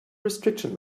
restriction